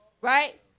right